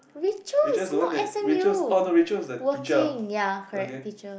Rachael is not S_M_U working ya correct teacher